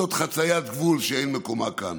זאת חציית גבול שאין מקומה כאן.